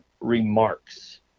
remarks